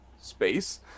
space